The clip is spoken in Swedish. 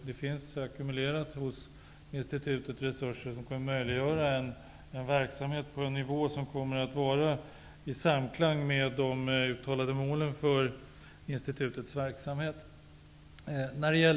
Hos institutet finns ackumulerade resurser som kan möjliggöra verksamhet på en nivå som kommer att vara i samklang med de för institutets verksamhet uttalade målen.